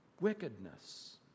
wickedness